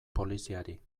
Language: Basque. poliziari